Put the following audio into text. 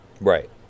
Right